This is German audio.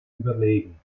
überlegen